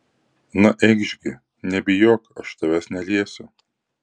na eikš gi nebijok aš tavęs neliesiu